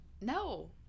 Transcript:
No